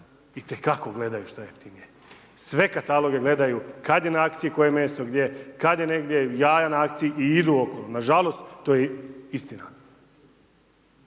itekako gledaju što je jeftinije. Sve kataloge gledaju, kada je na akciji, koje meso gdje, kada je negdje jaja na akciji i idu okolo nažalost, to je istina.